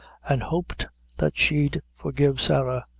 an' hoped that she'd forgive sarah.